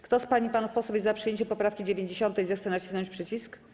Kto z pań i panów posłów jest za przyjęciem poprawki 90., zechce nacisnąć przycisk.